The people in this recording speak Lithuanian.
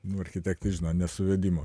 nu architektai žino nesuvedimo